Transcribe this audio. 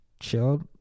chilled